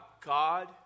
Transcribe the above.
God